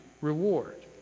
reward